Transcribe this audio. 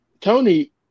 Tony